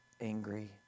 angry